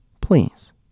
please